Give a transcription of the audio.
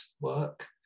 work